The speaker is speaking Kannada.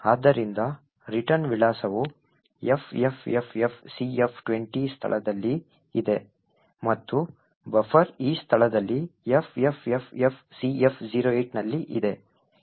ಆದ್ದರಿಂದ ರಿಟರ್ನ್ ವಿಳಾಸವು FFFFCF20 ಸ್ಥಳದಲ್ಲಿ ಇದೆ ಮತ್ತು ಬಫರ್ ಈ ಸ್ಥಳದಲ್ಲಿ FFFFCF08 ನಲ್ಲಿ ಇದೆ ಎಂದು ನಮಗೆ ತಿಳಿದಿದೆ